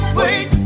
wait